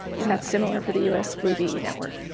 and that's similar for the us flu ve network.